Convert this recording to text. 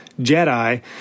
Jedi